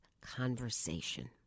conversation